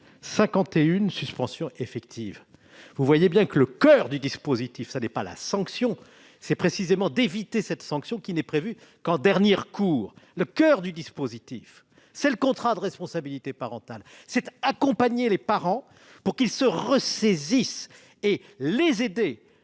51 ont été effectives. Vous voyez bien que le coeur du dispositif n'est pas la sanction. Il s'agit précisément d'éviter la sanction, qui n'est prévue qu'en dernier recours. Très bien ! Le coeur du dispositif, c'est le contrat de responsabilité parentale. Il s'agit d'accompagner les parents pour qu'ils se ressaisissent, de les aider